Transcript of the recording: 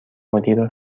مدیر